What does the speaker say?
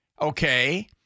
Okay